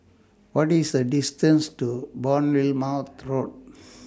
What IS The distance to Bournemouth Road